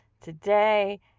today